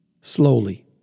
Slowly